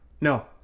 no